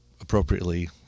appropriately